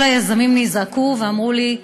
כל היזמים נזעקו ואמרו לי: